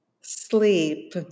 sleep